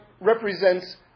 represents